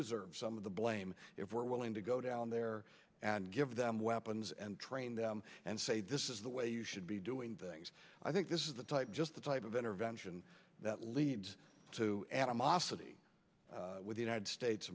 deserve some of the blame if we're willing to go down there and give them weapons and trained them and say this is the way you should be doing things i think this is the type just the type of intervention that leads to a mosque the united states